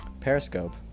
Periscope